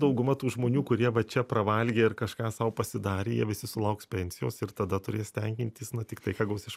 dauguma tų žmonių kurie va čia pravalgė ir kažką sau pasidarė jie visi sulauks pensijos ir tada turės tenkintis na tik tai ką gaus iš